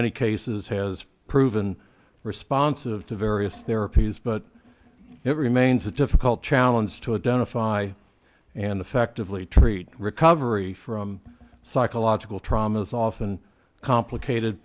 many cases has proven responsive to various therapies but it remains a difficult challenge to identify by and effectively treat recovery from psychological trauma is often complicated